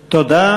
תודה.